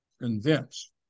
convince